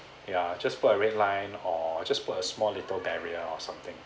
ya just for a red line or just put a small little barrier or something